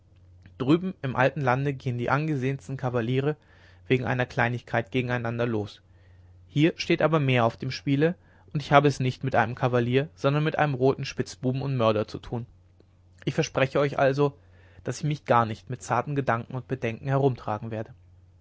drüben im alten lande gehen die angesehensten kavaliere wegen einer kleinigkeit gegen einander los hier steht aber mehr auf dem spiele und ich habe es nicht mit einem kavalier sondern mit einem roten spitzbuben und mörder zu tun ich verspreche euch also daß ich mich gar nicht mit zarten gedanken und bedenken herum tragen werde